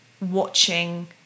watching